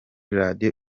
radio